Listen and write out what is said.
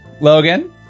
Logan